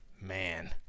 man